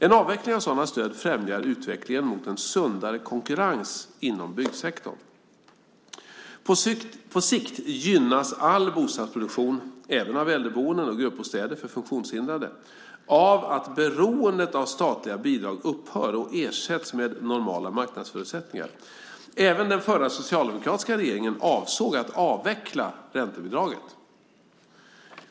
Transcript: En avveckling av sådana stöd främjar utvecklingen mot en sundare konkurrens inom byggsektorn. På sikt gynnas all bostadsproduktion, även av äldreboenden och gruppbostäder för funktionshindrade, av att beroendet av statliga bidrag upphör och ersätts med normala marknadsförutsättningar. Även den förra socialdemokratiska regeringen avsåg att avveckla räntebidraget.